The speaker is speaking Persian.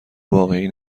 واقعی